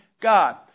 God